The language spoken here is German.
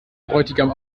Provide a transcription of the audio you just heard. bräutigam